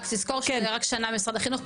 רק לזכור שזה רק שנה במשרד החינוך,